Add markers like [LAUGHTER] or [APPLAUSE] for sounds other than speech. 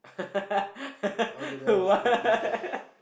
[LAUGHS] what [LAUGHS]